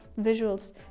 visuals